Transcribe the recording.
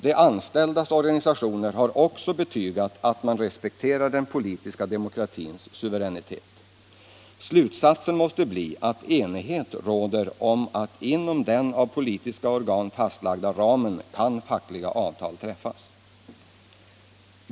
De anställdas organisationer har också betygat att man respekterar den politiska demokratins suveränitet. Slutsatsen måste bli att enighet råder om att inom den av politiska organ fastlagda ramen kan fackliga avtal träffas.